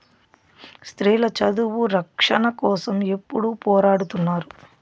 స్త్రీల చదువు రక్షణ కోసం ఎప్పుడూ పోరాడుతున్నారు